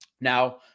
now